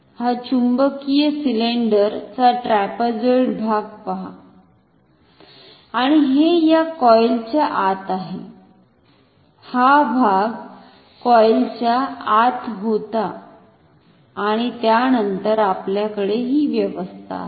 हा चुंबकीय सिलेंडर चा ट्रॅपेझॉइडल भाग पहा आणि हे या कॉईल च्या आत आहे हा भाग कॉईल च्या आत होता आणि त्यानंतर आपल्याकडे हि व्यवस्था आहे